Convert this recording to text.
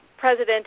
President